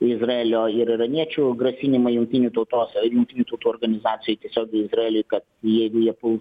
izraelio ir iraniečių grasinimą jungtinių tautos jungtinių tautų organizacijai tiesiogiai izraeliui kad jeigu jie puls